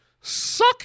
Suck